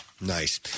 Nice